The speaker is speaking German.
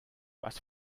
was